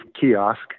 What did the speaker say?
kiosk